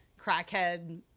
crackhead